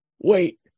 wait